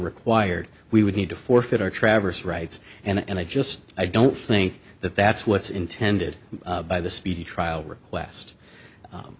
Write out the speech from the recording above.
required we would need to forfeit our traverse rights and i just i don't think that that's what's intended by the speedy trial request